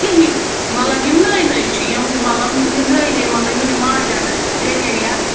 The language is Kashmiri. کِہیٖنۍ مطلب یِم نٔے نٔے چھِ یِم مطلب یہِ نٔے نٔے مطلب یِمنٕے ماجٮ۪ن بیٚنٮ۪ن یا